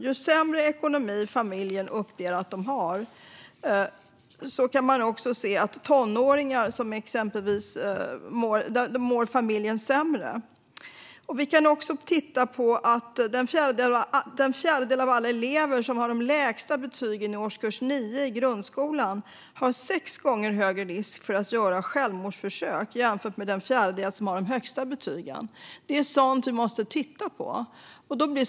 Ju sämre ekonomi familjer uppger sig ha, desto sämre mår familjen. Den fjärdedel av alla elever som har de lägsta betygen i årskurs 9 i grundskolan löper sex gånger högre risk att göra ett självmordsförsök jämfört med den fjärdedel som har de högsta betygen. Sådant måste vi titta på.